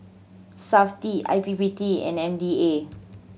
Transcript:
Safti I P P T and M D A